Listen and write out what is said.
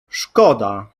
szkoda